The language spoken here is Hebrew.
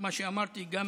מה שאמרתי גם